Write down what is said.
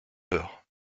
heurt